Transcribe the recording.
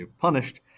punished